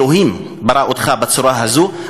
אלוהים ברא אותך בצורה הזאת,